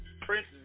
Prince